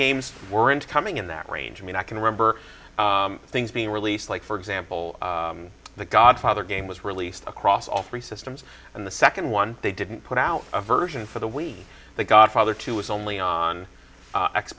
games weren't coming in that range i mean i can remember things being released like for example the godfather game was released across all three systems and the second one they didn't put out a version for the week the godfather two was only on